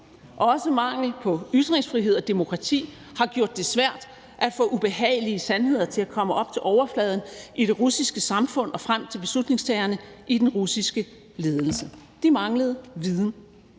Også mangel på ytringsfrihed og demokrati har gjort det svært at få ubehagelige sandheder til at komme op til overfladen i det russiske samfund og frem til beslutningstagerne i den russiske ledelse. De manglede viden.